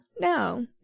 no